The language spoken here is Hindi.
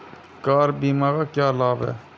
कार बीमा का क्या लाभ है?